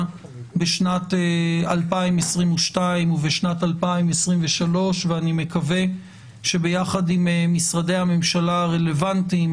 בשנת 2022 ובשנת 2023 ואני מקווה שביחד עם משרדי הממשלה הרלוונטיים,